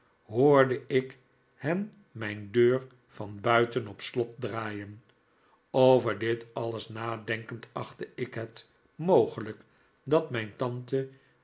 hoorde ik hen mijn deur van buiten op slot draaien over dit alles nadenkend achtte ik het mogelijk dat mijn tante